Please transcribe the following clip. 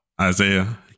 Isaiah